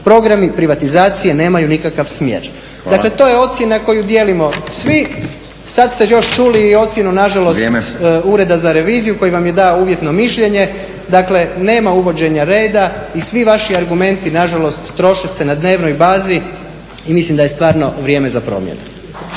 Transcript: Programi privatizacije nemaju nikakav smjer. Dakle, to je ocjena koju dijelimo svi. **Stazić, Nenad (SDP)** Vrijeme. **Jandroković, Gordan (HDZ)** Sad ste još čuli i ocjenu nažalost Ureda za reviziju koji vam je dao uvjetno mišljenje. Dakle, nema uvođenja reda i svi vaši argumenti nažalost troše se na dnevnoj bazi i mislim da je stvarno vrijeme za promjene.